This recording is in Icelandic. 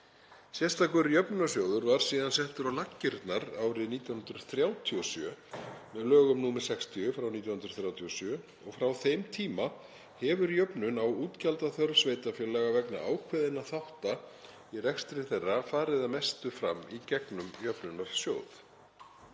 Sérstakur jöfnunarsjóður var síðan settur á laggirnar árið 1937 með lögum nr. 60/1937 og frá þeim tíma hefur jöfnun á útgjaldaþörf sveitarfélaga vegna ákveðinna þátta í rekstri þeirra farið að mestu fram í gegnum jöfnunarsjóð.